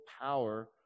power